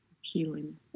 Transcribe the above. healing